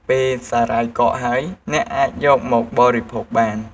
ពេលសារាយកកហើយ អ្នកអាចយកមកបរិភោគបាន។